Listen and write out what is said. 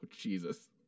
Jesus